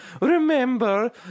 remember